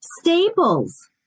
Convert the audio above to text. Staples